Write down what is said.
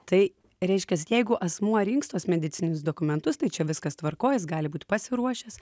tai reiškias jeigu asmuo rinks tuos medicininius dokumentus tai čia viskas tvarkoj jis gali būt pasiruošęs